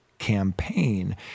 campaign